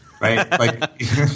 right